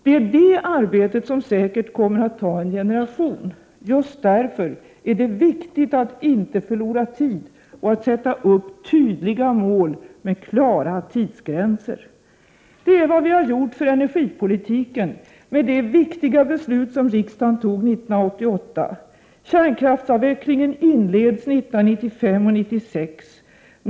Det är det arbetet som säkert kommer att ta en generation. Just därför är det viktigt att inte förlora tid och att sätta upp tydliga mål med klara tidsgränser. Det är vad som har gjorts för energipolitiken genom det viktiga beslut som riksdagen fattade 1988. Kärnkraftsavvecklingen inleds 1995 och 1996.